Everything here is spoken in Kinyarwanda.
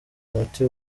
umuti